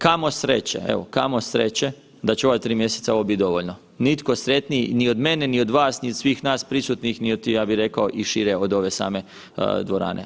Kamo sreće, evo, kamo sreće da će u ova 3 mjeseca ovo bit dovoljno, nitko sretniji ni od mene, ni od vas, ni od svih nas prisutnih, niti, ja bih rekao, i šire od ove same dvorane.